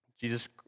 Jesus